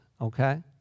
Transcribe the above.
okay